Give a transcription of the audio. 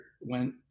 went